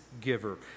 giver